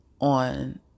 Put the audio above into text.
on